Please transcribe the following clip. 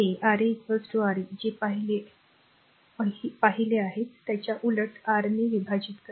सर्व उत्पादन a a a R a r R a जे पाहिले आहे त्याच्या उलट R ने विभाजित करा